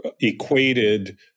equated